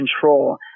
control